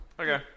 Okay